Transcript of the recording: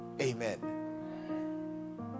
Amen